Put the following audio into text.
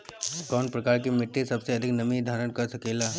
कौन प्रकार की मिट्टी सबसे अधिक नमी धारण कर सकेला?